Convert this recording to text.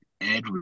Ed